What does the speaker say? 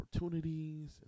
opportunities